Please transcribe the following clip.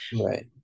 Right